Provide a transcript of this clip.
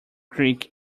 creek